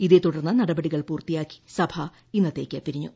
ഇതേ തുടർന്ന് നടപടികൾ പൂർത്തിയാക്കി സഭ ഇന്നത്തേക്കു പിരിഞ്ഞു